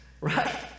Right